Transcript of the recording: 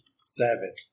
Seven